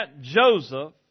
joseph